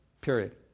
period